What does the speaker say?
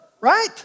right